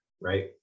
Right